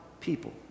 people